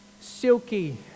Silky